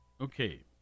okay